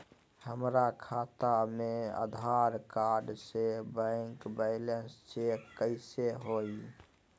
हमरा खाता में आधार कार्ड से बैंक बैलेंस चेक कैसे हुई?